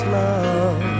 love